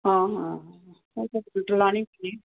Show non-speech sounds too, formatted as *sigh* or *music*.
ਹਾਂ ਹਾਂ ਹਾਂ *unintelligible*